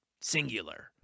Singular